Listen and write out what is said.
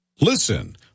Listen